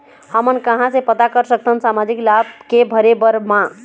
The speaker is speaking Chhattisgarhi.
हमन कहां से पता कर सकथन सामाजिक लाभ के भरे बर मा?